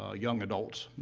ah young adults,